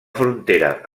frontera